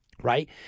right